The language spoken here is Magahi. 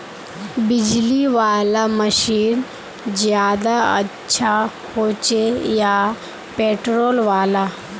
बिजली वाला मशीन ज्यादा अच्छा होचे या पेट्रोल वाला?